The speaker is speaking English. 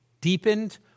deepened